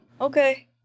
Okay